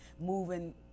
moving